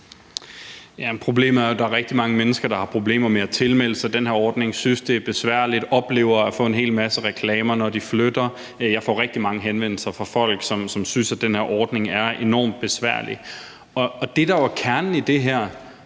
der er rigtig mange mennesker, der har problemer med at tilmelde sig den her ordning, synes, det er besværligt, og oplever at få en hel masse reklamer, når de flytter. Jeg får rigtig mange henvendelser fra folk, som synes, at den her ordning er enormt besværlig. Og det, der jo er kernen i det her,